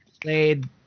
played